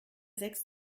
sechs